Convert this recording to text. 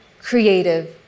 creative